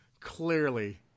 clearly